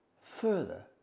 further